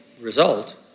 result